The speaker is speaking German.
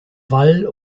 wall